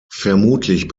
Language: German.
vermutlich